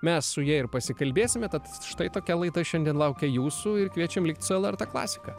mes su ja ir pasikalbėsime tad štai tokia laida šiandien laukia jūsų ir kviečiam likt su lrt klasika